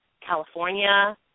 California